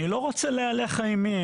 אני לא רוצה להלך אימים,